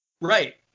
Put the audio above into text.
Right